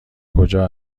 کجا